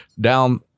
down